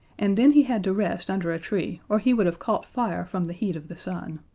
and then he had to rest under a tree or he would have caught fire from the heat of the sun.